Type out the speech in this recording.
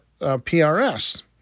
PRS